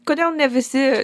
kodėl ne visi